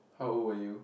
how old are you